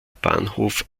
bahnhof